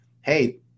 hey